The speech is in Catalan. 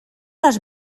les